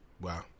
Wow